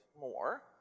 more